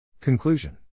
Conclusion